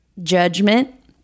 Judgment